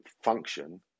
Function